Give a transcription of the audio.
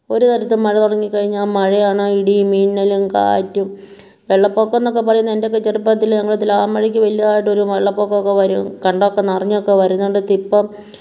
ഒരു തരത്തിൽ മഴ തുടങ്ങിക്കഴിഞ്ഞാൽ മഴ ആണേൽ ഇടിയും മിന്നലും കാറ്റും വെള്ളപ്പൊക്കം എന്നൊക്കെപ്പറയുന്ന എൻ്റെയൊക്കെ ചെറുപ്പത്തിൽ ഞങ്ങൾ തുലാമഴക്ക് വലിയതായിട്ടോരു വെള്ളപ്പൊക്കമൊക്കെ വരും കണ്ടമൊക്കെ നിറഞ്ഞൊക്കെ വരുന്നിടത്തിപ്പം